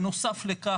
בנוסף לכך,